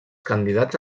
candidats